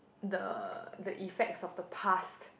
the the effects of the past